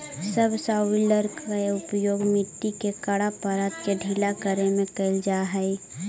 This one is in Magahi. सबसॉइलर के उपयोग मट्टी के कड़ा परत के ढीला करे में कैल जा हई